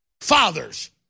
fathers